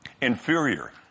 inferior